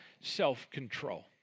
self-control